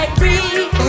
free